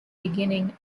beginning